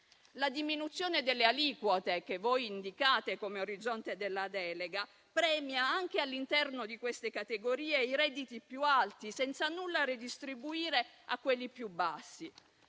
La diminuzione delle aliquote, che voi indicate come orizzonte della delega, premia anche all'interno di queste categorie i redditi più alti, senza nulla redistribuire a quelli più bassi,